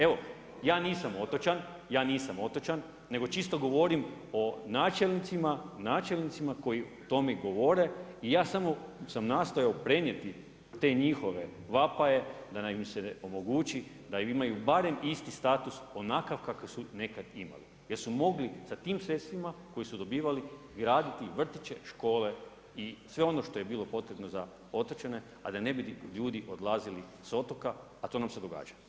Evo ja nisam otočan nego čisto govorim o načelnicima koji o tome govore i ja sam samo nastojao prenijeti te njihove vapaje da im se omogući da imaju barem isti status onakav kakav su nekad imali jer su mogli sa tim sredstvima koji su dobivali graditi vrtiće, škole i sve ono što je bilo potrebno za otočane, a da ne bi ljudi odlazili sa otoka, a to nam se događa.